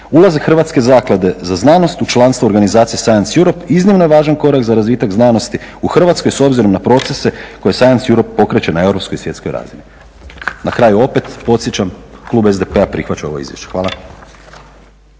ulazak Hrvatske zaklade za znanost u članstvo organizacije science Europe iznimno je važan korak za razvitak znanosti u Hrvatskoj s obzirom na procese koje science Europe pokreće na europskoj i svjetskoj razini. Na kraju opet, podsjećam klub SDP-a prihvaća ovo izvješće. Hvala.